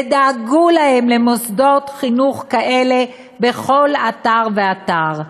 ודאגו להם למוסדות חינוך כאלה בכל אתר ואתר.